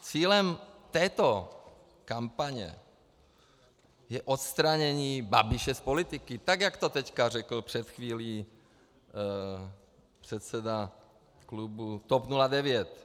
Cílem této kampaně je odstranění Babiše z politiky, tak jak to teďka řekl před chvílí předseda klubu TOP 09.